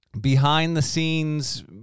behind-the-scenes